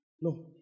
no